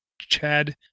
Chad